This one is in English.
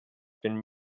been